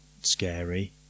scary